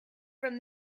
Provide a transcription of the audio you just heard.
from